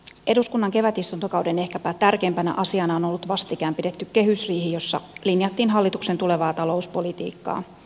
eduskunnan kevätistuntokauden ehkäpä tärkeimpänä asiana on ollut vastikään pidetty kehysriihi jossa linjattiin hallituksen tulevaa talouspolitiikkaa